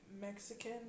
Mexican